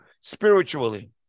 spiritually